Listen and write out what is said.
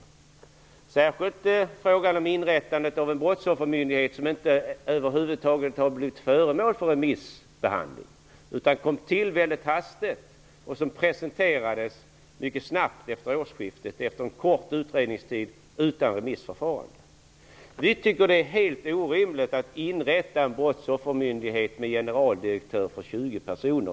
Det gäller särskilt frågan om inrättandet av en brottsoffermyndighet, som över huvud taget inte har blivit föremål för remissbehandling. Det kom till mycket hastigt och presenterades snabbt efter årsskiftet efter en kort utredningstid utan remissförfarande. Vi tycker att det är orimligt att inrätta en brottsoffermyndighet med en generaldirektör och 20 personer.